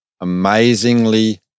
amazingly